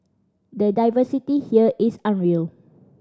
the diversity here is unreal